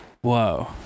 whoa